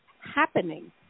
happening